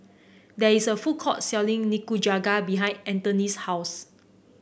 there is a food court selling Nikujaga behind Antone's house